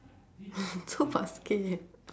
so basket